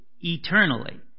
eternally